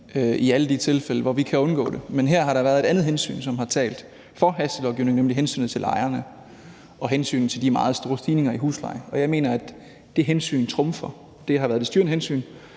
i alle de tilfælde, hvor vi kan undgå det. Men her har der været et andet hensyn, som har talt for hastelovgivning, nemlig hensynet til lejerne og til de meget store stigninger i husleje. Og jeg mener, at det hensyn trumfer. Det har været det styrende hensyn,